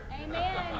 Amen